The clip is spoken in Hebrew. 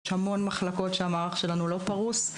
יש המון מחלקות שהמערך שלנו לא פרוס.